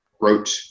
wrote